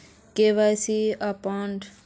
KYC updation?